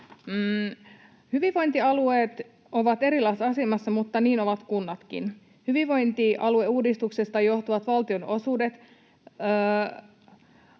Hyvinvointialueet ovat erilaisessa asemassa, mutta niin ovat kunnatkin. Hyvinvointialueuudistuksesta johtuvat valtionosuuksien